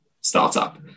startup